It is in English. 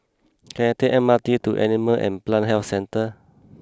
can I take M R T to Animal and Plant Health Centre